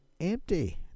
empty